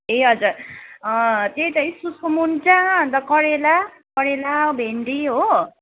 ए हजुर त्यही त इस्कुसको मुन्टा अन्त करेला करेला भेन्डी हो